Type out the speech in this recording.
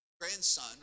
grandson